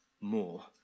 more